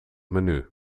menu